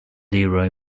leroy